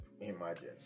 Imagine